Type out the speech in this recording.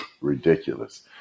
ridiculous